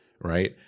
right